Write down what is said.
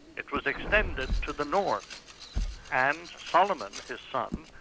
it was extended to the north and solomon, his son,